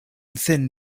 thin